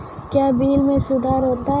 क्या बिल मे सुधार होता हैं?